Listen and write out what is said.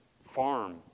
farm